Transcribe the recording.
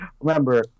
remember